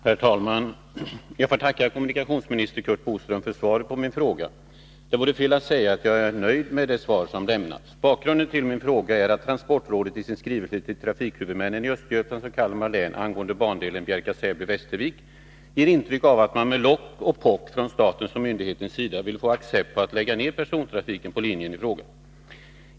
Herr talman! Jag får tacka kommunikationsminister Curt Boström för svaret på min fråga. Det vore fel att säga att jag är nöjd med det svar som lämnats. Bakgrunden till min fråga är att transportrådet i sin skrivelse till trafikhuvudmännen i Östergötlands och Kalmar län angående bandelen Bjärka-Säby-Västervik ger intryck av att man med lock och pock från statens och myndighetens sida vill få accept på att lägga ner persontrafiken på linjen i fråga.